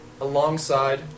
alongside